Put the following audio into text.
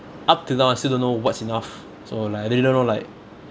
up till now I still don't know what's enough so like I really don't know like